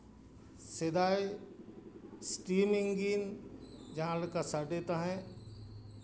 ᱥᱮᱫᱟᱭ steam engine ᱡᱟᱦᱟᱸ ᱞᱮᱠᱟ ᱥᱟᱰᱮ ᱛᱟᱦᱮᱸᱫ